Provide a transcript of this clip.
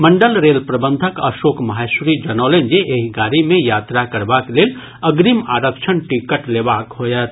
मंडल रेल प्रबंधक अशोक माहेश्वरी जनौलनि जे एहि गाडी मे यात्रा करबाक लेल अग्रिम आरक्षण टिकट लेबाक होयत